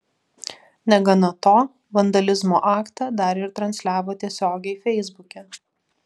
negana to vandalizmo aktą dar ir transliavo tiesiogiai feisbuke